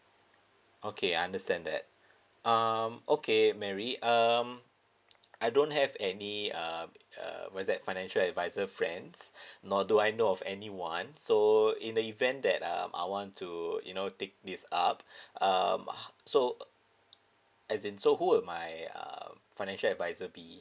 okay I understand that um okay mary um I don't have any uh uh what's that financial advisor friends nor do I know of anyone so in the event that um I want to you know take this up um so as in so who would my um financial advisor be